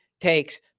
takes